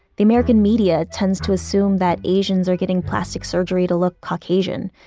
the american media tends to assume that asians are getting plastic surgery to look caucasian.